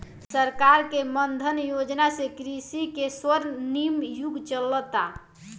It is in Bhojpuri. सरकार के मान धन योजना से कृषि के स्वर्णिम युग चलता